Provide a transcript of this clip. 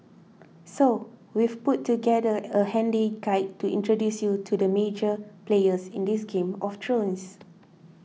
so we've put together a handy guide to introduce you to the major players in this game of thrones